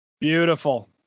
beautiful